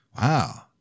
Wow